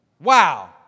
Wow